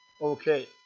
Okay